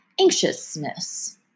anxiousness